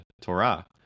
Torah